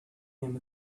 him